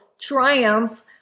triumph